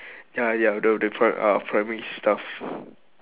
ya ya the the pri~ uh primary stuff